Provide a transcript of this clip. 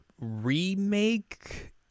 remake